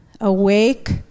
awake